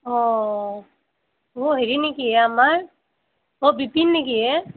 অঁ অঁ হেৰি নেকি আমাৰ অঁ বিপিন নেকি হে